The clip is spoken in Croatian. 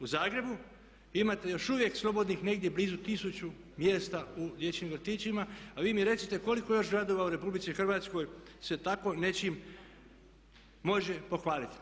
U Zagrebu imate još uvijek slobodnih negdje tisuću mjesta u dječjim vrtićima a vi mi recite koliko još gradova u RH se tako nečim može pohvaliti.